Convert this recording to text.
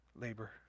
labor